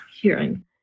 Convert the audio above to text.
hearing